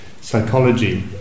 psychology